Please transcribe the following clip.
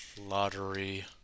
Lottery